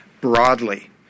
broadly